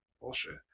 bullshit